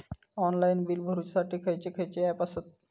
Online bill भरुच्यासाठी खयचे खयचे ऍप आसत?